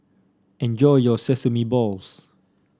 enjoy your Sesame Balls